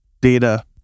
data